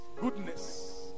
goodness